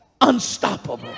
unstoppable